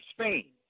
spain